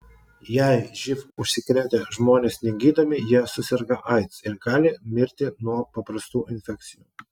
jei živ užsikrėtę žmonės negydomi jie suserga aids ir gali mirti nuo paprastų infekcijų